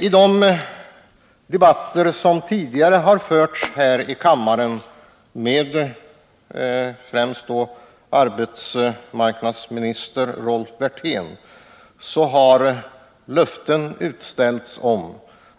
I de debatter som tidigare har förts här i kammaren med främst arbetsmarknadsministern Rolf Wirtén har löften utställts